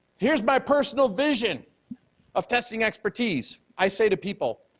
here's my personal vision of testing expertise, i say to people,